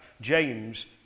James